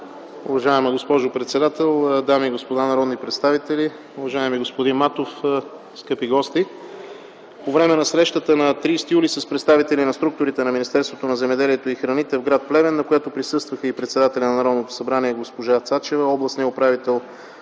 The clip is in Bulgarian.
Уважаема госпожо председател, дами и господа народни представители, уважаеми господин Матов, скъпи гости! По време на срещата на 30 юли с представители на структурите на Министерството на земеделието и храните в гр. Плевен, на която присъстваха председателят на Народното събрание госпожа Цецка Цачева, областният управител